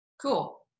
Cool